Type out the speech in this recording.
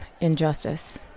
injustice